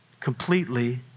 completely